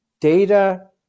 data